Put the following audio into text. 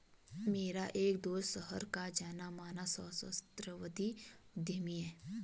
मेरा एक दोस्त शहर का जाना माना सहस्त्राब्दी उद्यमी है